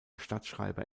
stadtschreiber